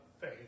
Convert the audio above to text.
faith